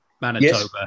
Manitoba